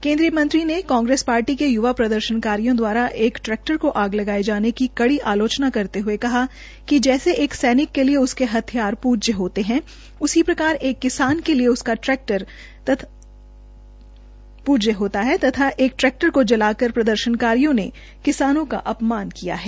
केन्द्रीय मंत्री ने कांग्रेस के य्वा प्रदर्शनकारियों द्वारा एक ट्रैक्टर को आग लगाये जाने की कड़ी आलोचना करते हये कहा कि जैसे सैनिक के लिए उसके हथियार पूज्य होते है उसी प्रकार एक किसान के लिए उसका ट्रैक्टर तथा एक ट्रैक्टर को जलाकर प्रदर्शनकारियों ने किसानों का अपमान किया है